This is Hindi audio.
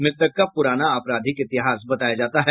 मृतक का पुराना आपराधिक इतिहास बताया जाता है